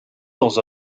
dans